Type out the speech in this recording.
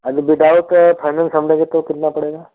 हाँ तो without finance हम लेंगे तो कितना पड़ेगा